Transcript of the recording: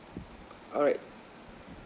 alright